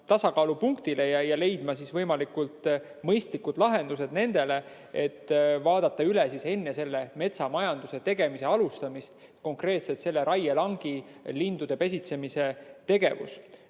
tasakaalupunktile ja leidma võimalikult mõistlikud lahendused nendele, et vaadata üle enne metsamajanduse tegemise alustamist konkreetse raielangi lindude pesitsemise tegevus. Nüüd,